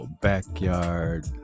backyard